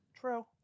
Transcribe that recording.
True